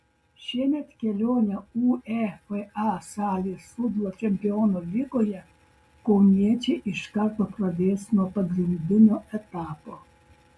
šiemet kelionę uefa salės futbolo čempionų lygoje kauniečiai iš karto pradės nuo pagrindinio etapo